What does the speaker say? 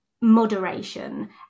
moderation